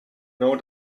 know